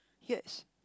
yes